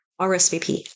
RSVP